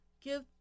give